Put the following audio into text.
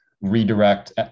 redirect